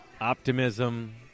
optimism